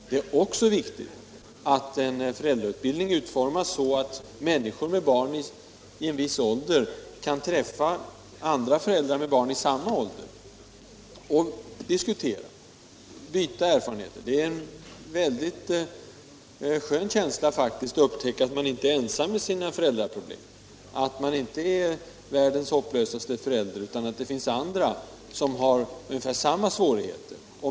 Men det är också viktigt att en föräldrautbildning utformas så att människor med barn i viss ålder kan träffa andra föräldrar med barn i samma ålder, diskutera med dem och utbyta erfarenheter. Det är faktiskt en väldigt skön känsla att upptäcka att man inte är ensam med sina föräldraproblem, att man inte är världens mest hopplösa förälder, utan att det finns andra med ungefär samma svårigheter.